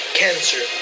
cancer